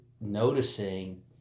noticing